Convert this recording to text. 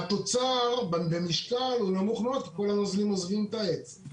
והתוצר במשקל הוא נמוך מאוד כי כל הנוזלים עוזבים את העץ,